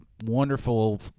wonderful